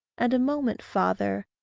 and a moment, father,